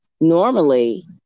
normally